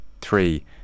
Three